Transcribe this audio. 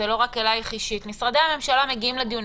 לא רק אליך אישית משרדי הממשלה מגיעים לדיונים,